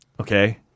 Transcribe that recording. Okay